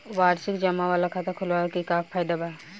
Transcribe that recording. वार्षिकी जमा वाला खाता खोलवावे के का फायदा बा?